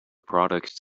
product